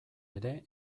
ere